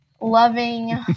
loving